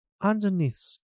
underneath